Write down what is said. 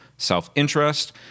self-interest